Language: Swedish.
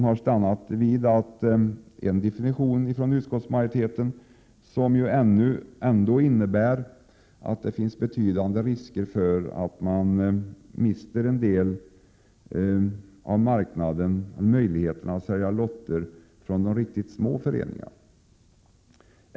Utskottsmajoriteten har stannat för en definition som innebär att det föreligger betydande risker för att de riktigt små föreningarna inte skall kunna sälja lotter.